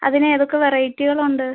അതിന് ഏതൊക്കെ വെറൈറ്റികൾ ഉണ്ട്